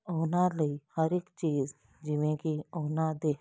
ਉਹਨਾਂ ਲਈ ਹਰ ਇੱਕ ਚੀਜ਼ ਜਿਵੇਂ ਕਿ ਉਹਨਾਂ ਦੇ